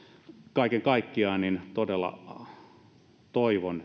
kaiken kaikkiaan todella toivon